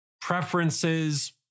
preferences